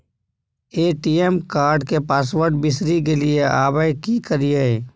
ATM card के password बिसरि गेलियै आबय की करियै?